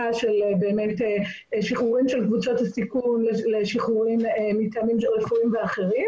יותר של שחרורים של קבוצות הסיכון ושחרורים מטעמים --- אחרים.